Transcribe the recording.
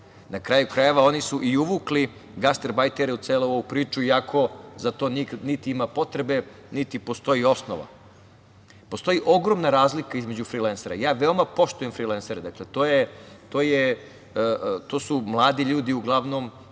na kraju krajeva oni su i uvukli gastarbajtere u celu ovu priču iako za to niti ima potrebe, niti postoji osnova. Postoji ogromna razlika između frilensera. Ja veoma poštujem frilensere. To su mladi ljudi uglavnom